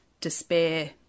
despair